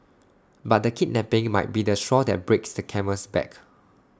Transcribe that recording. but the kidnapping might be the straw that breaks the camel's back